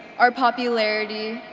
our popularity,